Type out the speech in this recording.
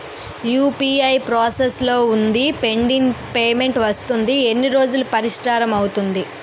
UPI process లో వుందిపెండింగ్ payment వస్తుంది ఎన్ని రోజుల్లో పరిష్కారం అవుతుంది